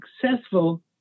successful